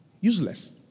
Useless